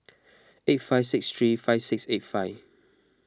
eight five six three five six eight five